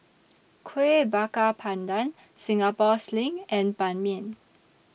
Kuih Bakar Pandan Singapore Sling and Ban Mian